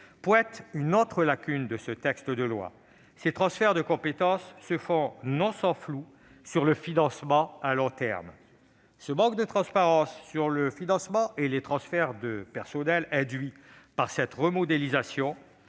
pointent une autre lacune de ce texte de loi : ces transferts de compétences se font dans un certain flou s'agissant du financement à long terme. Ce manque de transparence sur le financement et sur les transferts de personnels induits par cette remodélisation